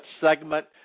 segment